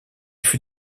fut